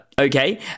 okay